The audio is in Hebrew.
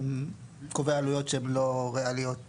קובע עלויות שהן לא ריאליות.